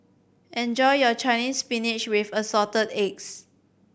enjoy your Chinese Spinach with Assorted Eggs